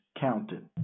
counted